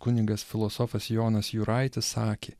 kunigas filosofas jonas juraitis sakė